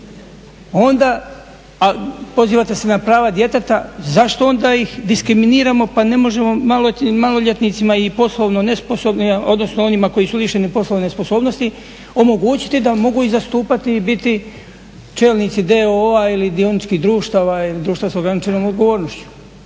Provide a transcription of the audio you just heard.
Onda, a pozivate se na prava djeteta, zašto ona ih diskriminiramo pa ne možemo maloljetnicima i poslovno nesposobnima, odnosno onima koji su lišeni poslovne sposobnosti omogućiti da mogu i zastupati i biti čelnici d.o.o. ili dioničkih društava ili društava s ograničenom odgovornošću?